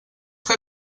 que